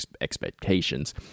expectations